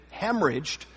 hemorrhaged